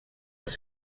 els